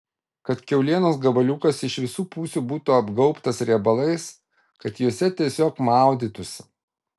kad kiaulienos gabaliukas iš visų pusių būtų apgaubtas riebalais kad juose tiesiog maudytųsi